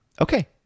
Okay